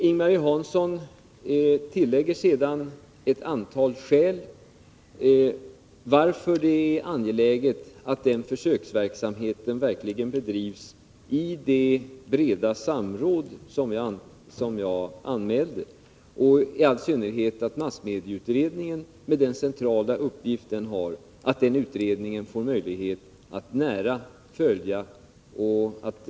Ing-Marie Hansson tillägger sedan ett antal skäl för varför det är angeläget att försöksverksamheten verkligen bedrivs i det breda samråd som jag anmälde och i all synnerhet att massmedieutredningen, med den centrala uppgift den har, får möjlighet att nära följa verksamheten.